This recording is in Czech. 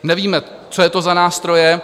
Nevíme, co je to za nástroje.